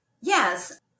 Yes